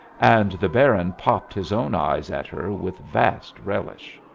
and the baron popped his own eyes at her with vast relish.